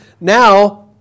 now